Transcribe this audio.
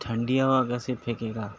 ٹھنڈی ہوا کیسے پھیکے گا